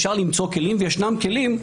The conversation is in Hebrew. אפשר למצוא כלים ויש כלים,